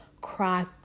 cry